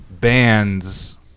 bands